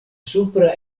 supra